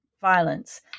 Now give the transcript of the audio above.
violence